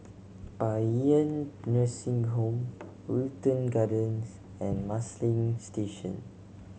Paean Nursing Home Wilton Gardens and Marsiling Station